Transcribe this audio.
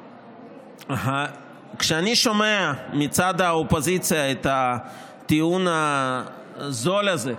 כשאני שומע מצד האופוזיציה את הטיעון הזול הזה,